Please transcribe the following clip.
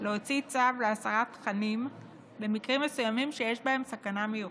להוציא צו להסרת תכנים במקרים מסוימים שיש בהם סכנה מיוחדת.